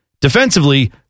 defensively